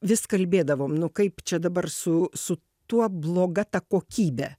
vis kalbėdavom nu kaip čia dabar su su tuo bloga ta kokybe